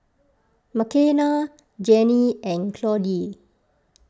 Makenna Jennie and Claudie